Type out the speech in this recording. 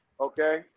okay